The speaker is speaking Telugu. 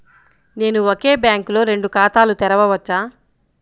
నేను ఒకే బ్యాంకులో రెండు ఖాతాలు తెరవవచ్చా?